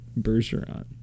Bergeron